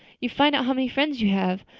you find out how many friends you have.